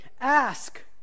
ask